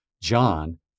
John